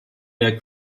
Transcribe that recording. der